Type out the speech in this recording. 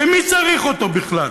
ומי צריך אותו בכלל?